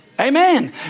Amen